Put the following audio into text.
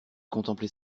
contempler